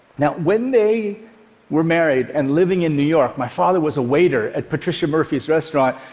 now, when they were married and living in new york, my father was a waiter at patricia murphy's restaurant.